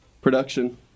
production